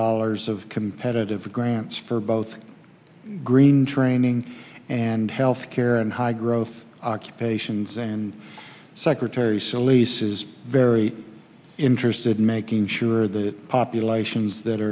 dollars of competitive grants for both green training and health care and high growth occupations and secretary solis is very interested in making sure that populations that